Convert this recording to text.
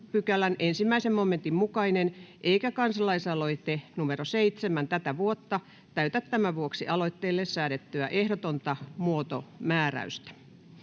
4 §:n 1 momentin mukainen eikä kansalaisaloite KAA 7/2023 vp täytä tämän vuoksi aloitteelle säädettyä ehdotonta muotomääräystä.